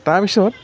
তাৰপিছত